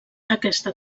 aquesta